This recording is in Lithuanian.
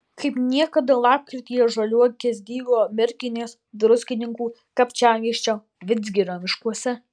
kaip niekada lapkrityje žaliuokės dygo merkinės druskininkų kapčiamiesčio vidzgirio miškuose